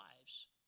lives